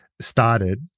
started